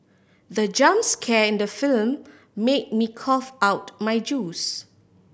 the jump scare in the film made me cough out my juice